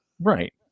Right